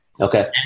Okay